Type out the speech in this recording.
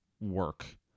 work